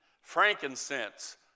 frankincense